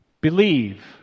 Believe